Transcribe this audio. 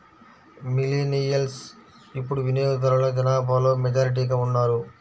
millennials ఇప్పుడు వినియోగదారుల జనాభాలో మెజారిటీగా ఉన్నారు